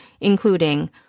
including